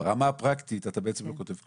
ברמה הפרקטית אתה בעצם לא כותב כלום,